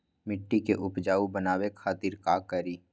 मिट्टी के उपजाऊ बनावे खातिर का करी?